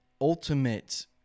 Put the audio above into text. ultimate